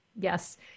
Yes